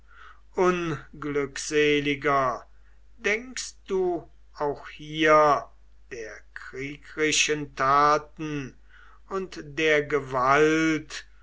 unglückseliger denkst du auch hier der kriegrischen taten und der gewalt